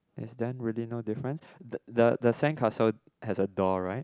is there really no difference the the sandcastle has a door right